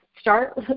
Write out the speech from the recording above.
start